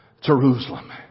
Jerusalem